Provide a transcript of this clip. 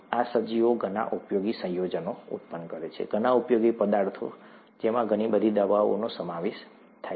આ સજીવો ઘણા ઉપયોગી સંયોજનો ઉત્પન્ન કરે છે ઘણા ઉપયોગી પદાર્થો જેમાં ઘણી બધી દવાઓનો સમાવેશ થાય છે